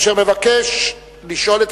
אשר מבקש לשאול את